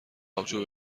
آبجو